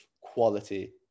quality